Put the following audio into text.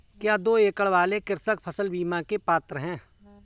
क्या दो एकड़ वाले कृषक फसल बीमा के पात्र हैं?